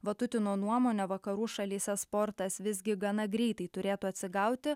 vatutino nuomone vakarų šalyse sportas visgi gana greitai turėtų atsigauti